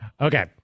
Okay